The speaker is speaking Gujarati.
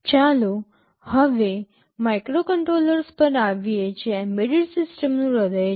ચાલો હવે માઇક્રોકન્ટ્રોલર્સ પર આવીએ જે એમ્બેડેડ સિસ્ટમ્સનું હૃદય છે